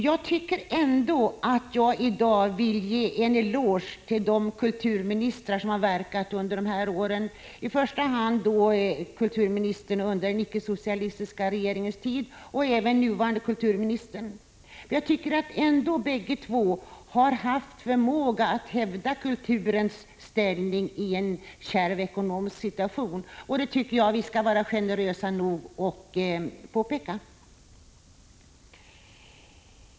Jag tycker ändå att jag i dag kan ge en eloge till de kulturministrar som verkat under dessa år, i första hand till kulturministern under den icke-socialistiska regeringens tid men också till den nuvarande kulturministern. De har båda två haft förmåga att hävda kulturens ställning i en kärv ekonomisk situation. Jag tycker att vi kan vara generösa nog att erkänna det.